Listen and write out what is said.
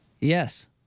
Yes